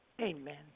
Amen